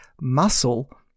muscle